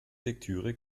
lektüre